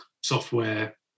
software